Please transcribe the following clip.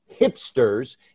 hipsters